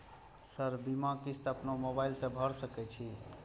Sir बीमा किस्त अपनो मोबाईल से भर सके छी?